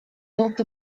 also